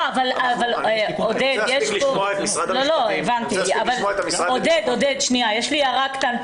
יש לי הערה.